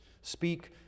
Speak